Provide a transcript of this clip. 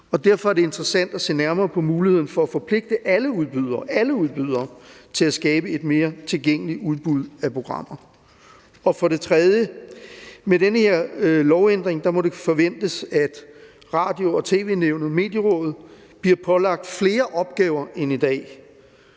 Derfor er det interessant at se nærmere på muligheden for at forpligte alle udbydere til at skabe et mere tilgængeligt udbud af programmer. For det tredje: Med den her lovændring må det forventes, at Radio- og tv-nævnet og Medierådet for Børn og Unge bliver pålagt flere opgaver end i dag.